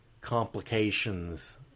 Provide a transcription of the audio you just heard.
complications